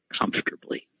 comfortably